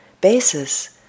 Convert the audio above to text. basis